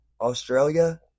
Australia